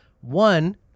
One